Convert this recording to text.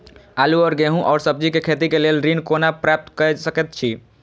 आलू और गेहूं और सब्जी के खेती के लेल ऋण कोना प्राप्त कय सकेत छी?